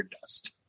dust